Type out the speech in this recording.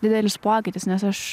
didelis pokytis nes aš